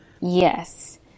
Yes